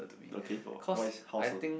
okay why how so